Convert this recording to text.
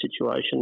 situation